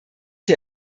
der